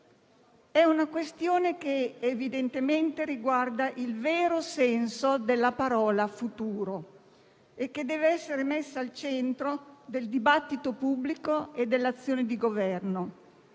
È una questione che evidentemente riguarda il vero senso della parola futuro, che deve essere messa al centro del dibattito pubblico e dell'azione di Governo.